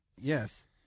Yes